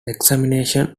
examination